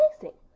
amazing